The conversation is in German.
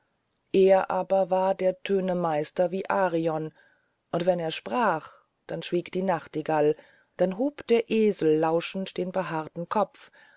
er aber war der töne meister wie arion und wenn er sprach dann schwieg die nachtigall dann hob der esel lauschend den behaarten kopf